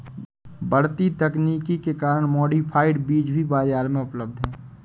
बढ़ती तकनीक के कारण मॉडिफाइड बीज भी बाजार में उपलब्ध है